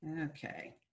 okay